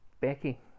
Becky